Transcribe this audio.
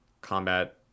combat